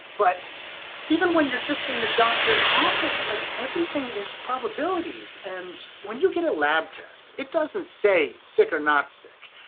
but even when you're just in the doctor's office, like everything is probabilities, and when you get a lab test, it doesn't say sick or not sick.